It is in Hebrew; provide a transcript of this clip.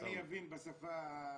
אני רוצה רק להבין, שאני אבין, בשפה שלי.